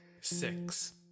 six